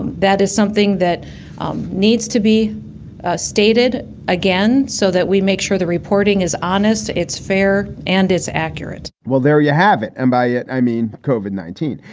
that is something that um needs to be stated again so that we make sure the reporting is honest, it's fair and it's accurate well, there you have it. and by it, i mean cauvin nineteen,